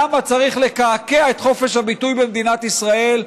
למה צריך לקעקע את חופש הביטוי במדינת ישראל.